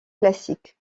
classiques